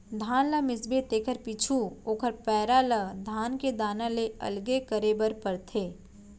धान ल मिसबे तेकर पीछू ओकर पैरा ल धान के दाना ले अलगे करे बर परथे